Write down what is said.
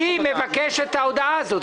מי מבקש את ההודעה הזאת?